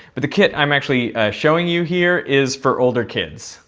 but the kit i'm actually showing you here is for older kids.